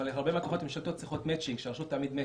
אבל הרבה מהתוכניות הממשלתיות צריכות שהרשות תעמיד מצ'ינג.